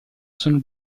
sono